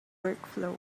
workflow